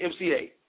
MCA